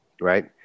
right